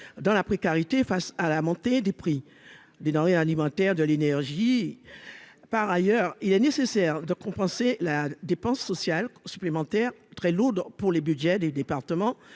dans la précarité, face à la montée des prix des denrées alimentaires, de l'énergie, par ailleurs, il est nécessaire de compenser la dépense sociale supplémentaire très lourdes pour les Budgets des départements,